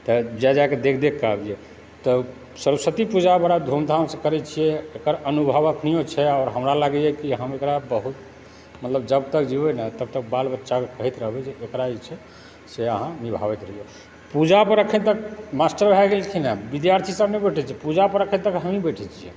तऽ जा जाकऽ देखि देखिकऽ आबियै तऽ सरस्वती पूजा बड़ा धूम धामसँ करै छियै एकर अनुभव एखनियो छै हमर लागैए कि हमरा एकरा बहुत मतलब जब तक जीबै ने तब तक बाल बच्चाके कहैत रहबै जे एकरा जे छै से अहाँ निभाबैत रहियौ पूजापर एखन तक मास्टर भए गेलखिन हँ विद्यार्थी सब नहि बैठै छै पूजापर एखन तक हमही बैठै छियै